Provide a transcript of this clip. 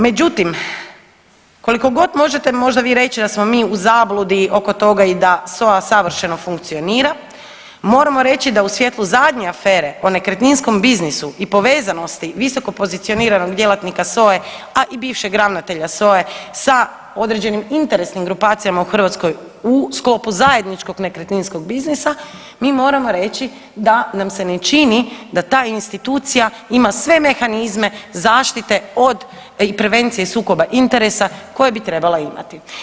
Međutim, koliko god možete možda vi reći da smo mi u zabludi oko toga i da SOA savršeno funkcionira moramo reći da u svjetlu zadnje afere o nekretninskom biznisu i povezanosti visoko pozicioniranog djelatnika SOA-e, a i bivšeg ravnatelja SOA-e sa određenim interesnim grupacijama u Hrvatskoj u sklopu zajedničkog nekretninskog biznisa mi moramo reći da nam se ne čini da ta institucija ima sve mehanizme zaštite od i prevencije sukoba interesa koje bi trebala imati.